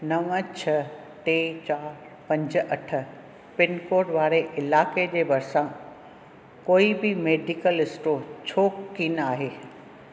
नव छह टे चारि पंज अठ पिनकोड वारे इलाके जे भरिसां कोई बि मेडिकल स्टोर छो कोन आहे